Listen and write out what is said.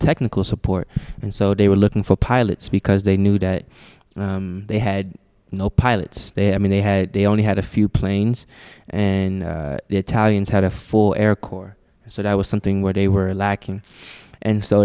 technical support and so they were looking for pilots because they knew that they had no pilots there i mean they had they only had a few planes an italian had a four air corps so there was something where they were lacking and so